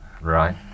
Right